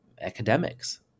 academics